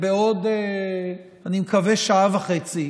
בעוד, אני מקווה, שעה וחצי,